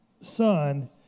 son